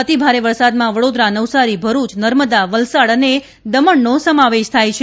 અતિ ભારે વરસાદમાં વડોદરા નવસારી ભરૂચ નર્મદા વલસાડ અને દમણનો સમાવેશ થાય છે